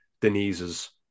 Denise's